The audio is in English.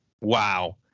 wow